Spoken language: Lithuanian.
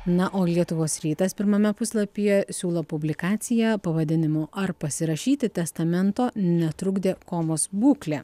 na o lietuvos rytas pirmame puslapyje siūlo publikaciją pavadinimu ar pasirašyti testamento netrukdė komos būklė